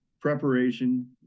preparation